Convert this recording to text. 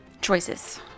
Choices